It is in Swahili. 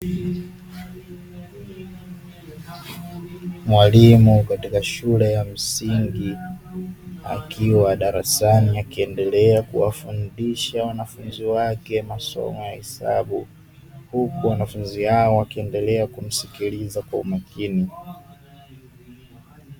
Mwalimu katika shule ya msingi akiwa darasani, akiendelea kuwafundisha wanafunzi wake masomo ya hesabu; huku wanafunzi hao wakiendelea kumsikiliza kwa umakini.